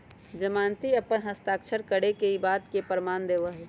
जमानती अपन हस्ताक्षर करके ई बात के प्रमाण देवा हई